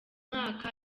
mwaka